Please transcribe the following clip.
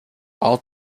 all